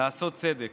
לעשות צדק.